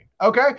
okay